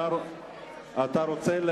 אתה רוצה,